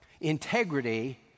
Integrity